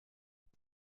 است